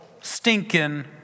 stinking